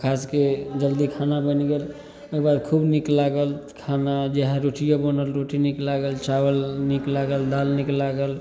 आओर खासके जल्दी खाना बनि गेल ओहिके बाद खूब नीक लागल खाना जएह रोटिए बनल रोटी नीक लागल चावल नीक लागल दालि नीक लागल